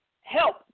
help